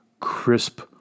crisp